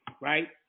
right